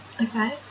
Okay